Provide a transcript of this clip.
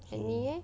then 你 leh